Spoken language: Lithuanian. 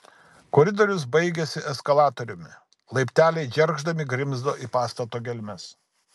koridorius baigėsi eskalatoriumi laipteliai džergždami grimzdo į pastato gelmes